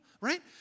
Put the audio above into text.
right